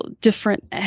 different